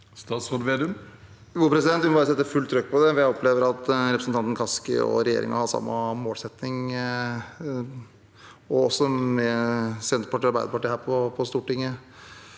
Slagsvold Vedum Vi må bare sette fullt «trøkk» på det. Jeg opplever at representanten Kaski og regjeringen har samme målsetting – og også Senterpartiet og Arbeiderpartiet her på Stortinget.